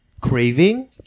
craving